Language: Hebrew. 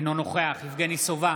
אינו נוכח יבגני סובה,